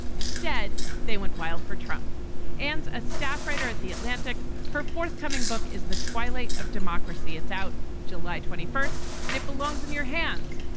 instead, they went wild for trump and a staff writer at the atlantic. her forthcoming book is the twilight of democracy. it's out july twenty first and it belongs in your hands.